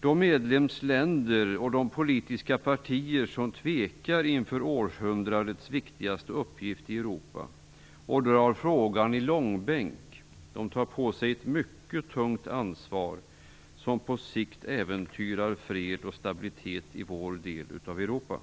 De medlemsländer och de politiska partier som tvekar inför århundradets viktigaste uppgift i Europa och drar frågan i långbänk tar på sig ett mycket tungt ansvar som på sikt äventyrar fred och stabilitet i vår del av Europa.